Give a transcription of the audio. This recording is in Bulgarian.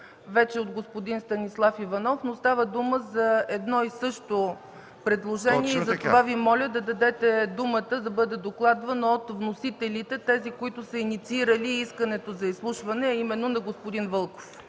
вече от господин Станислав Иванов. Става дума за едно и също предложение и затова Ви моля да дадете думата да бъде докладвано от вносителите – тези, които са инициирали искането за изслушването, а именно на господин Вълков.